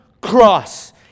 cross